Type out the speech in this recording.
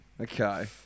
Okay